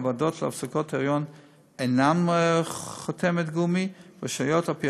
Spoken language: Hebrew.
הוועדות להפסקות היריון אינן חותמת גומי ורשאיות על-פי